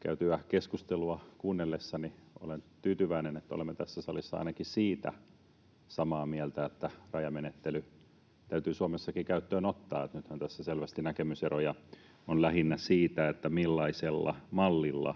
käytyä keskustelua kuunnellessani olen tyytyväinen, että olemme tässä salissa ainakin siitä samaa mieltä, että rajamenettely täytyy Suomessakin käyttöön ottaa. Nythän tässä on selvästi näkemyseroja lähinnä siitä, millaisella mallilla